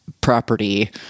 property